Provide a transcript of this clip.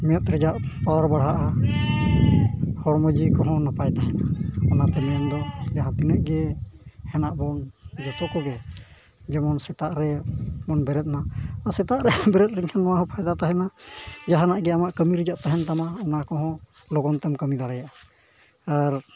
ᱢᱮᱫ ᱨᱮᱭᱟᱜ ᱯᱟᱣᱟᱨ ᱵᱟᱲᱦᱟᱜᱼᱟ ᱦᱚᱲᱢᱚ ᱡᱤᱣᱤ ᱠᱚᱦᱚᱸ ᱱᱟᱯᱟᱭ ᱛᱟᱦᱮᱱᱟ ᱚᱱᱟᱛᱮ ᱢᱮᱱᱫᱚ ᱡᱟᱦᱟᱸ ᱛᱤᱱᱟᱹᱜ ᱜᱮ ᱦᱮᱱᱟᱜ ᱵᱚᱱ ᱡᱚᱛᱚ ᱠᱚᱜᱮ ᱡᱮᱢᱚᱱ ᱥᱮᱛᱟᱜ ᱨᱮ ᱵᱚᱱ ᱵᱮᱨᱮᱫ ᱢᱟ ᱥᱮᱛᱟᱜ ᱨᱮ ᱵᱮᱨᱮᱫ ᱞᱮᱱᱠᱷᱟᱱ ᱱᱚᱣᱟ ᱦᱚᱸ ᱯᱷᱟᱭᱫᱟ ᱛᱟᱦᱮᱱᱟ ᱡᱟᱦᱟᱱᱟᱜ ᱜᱮ ᱟᱢᱟᱜ ᱠᱟᱹᱢᱤ ᱨᱮᱭᱟᱜ ᱛᱟᱦᱮᱱ ᱛᱟᱢᱟ ᱚᱱᱟ ᱠᱚᱦᱚᱸ ᱞᱚᱜᱚᱱ ᱛᱮᱢ ᱠᱟᱹᱢᱤ ᱫᱟᱲᱮᱭᱟᱜᱼᱟ ᱟᱨ